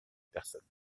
personne